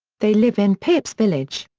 they live in pip's village.